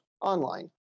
online